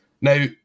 Now